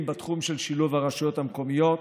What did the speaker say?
בתחום של שילוב הרשויות המקומיות,